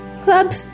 Club